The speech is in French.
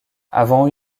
avant